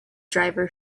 driver